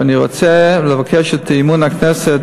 אני רוצה לבקש את אמון הכנסת